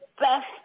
best